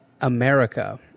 America